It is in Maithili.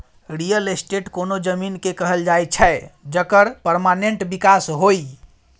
रियल एस्टेट कोनो जमीन केँ कहल जाइ छै जकर परमानेंट बिकास होइ